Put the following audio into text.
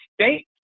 state